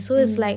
mm